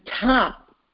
top